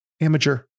amateur